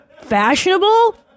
fashionable